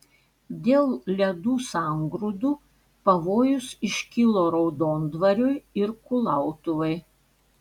dėl ledų sangrūdų pavojus iškilo raudondvariui ir kulautuvai